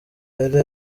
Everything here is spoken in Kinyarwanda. yari